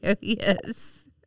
Yes